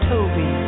Toby